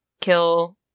kill